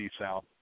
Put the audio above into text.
South